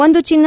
ಒಂದು ಚಿನ್ನ